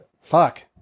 Fuck